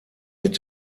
mit